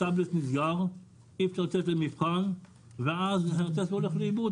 הטאבלט נסגר אי אפשר לצאת למבחן ואז זה הולך לאיבוד,